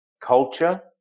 Culture